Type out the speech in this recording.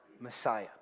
Messiah